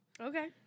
Okay